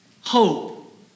hope